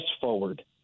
Forward